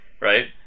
right